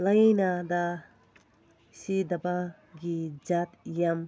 ꯂꯥꯏꯅꯥꯗ ꯁꯤꯗꯕꯒꯤ ꯖꯥꯠ ꯌꯥꯝ